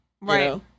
Right